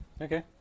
Okay